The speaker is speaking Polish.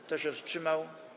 Kto się wstrzymał?